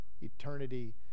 eternity